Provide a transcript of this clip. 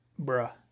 Bruh